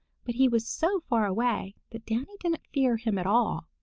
but he was so far away that danny didn't fear him at all.